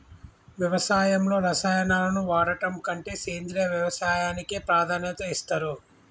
వ్యవసాయంలో రసాయనాలను వాడడం కంటే సేంద్రియ వ్యవసాయానికే ప్రాధాన్యత ఇస్తరు